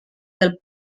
del